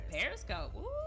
Periscope